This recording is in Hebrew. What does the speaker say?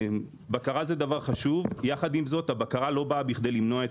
בקרה היא דבר חשוב אך היא לא נועדה למנוע את